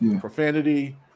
Profanity